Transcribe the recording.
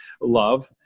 love